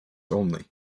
only